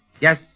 Yes